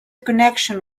connection